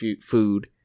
food